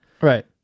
Right